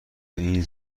این